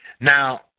Now